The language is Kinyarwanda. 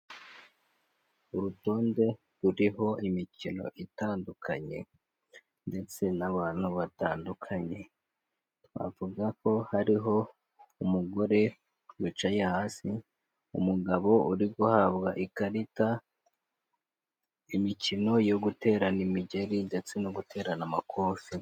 Urutonde ruriho imikino itandukanye ndetse n'abantu batandukanye, twavuga ko hariho umugore wicaye hasi, umugabo uri guhabwa ikarita, imikino yo guterana imigeri ndetse no guterana amakofe.